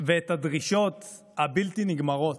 ואת הדרישות הבלתי-נגמרות.